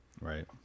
Right